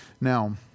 Now